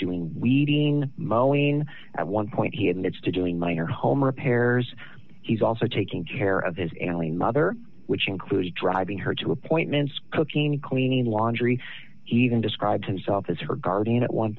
doing we ting moaning at one point he admits to doing minor home repairs he's also taking care of his ailing mother which includes driving her to appointments cooking cleaning laundry even described himself as her guardian at one